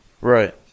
Right